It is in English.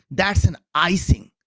that's an icing.